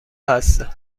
هستم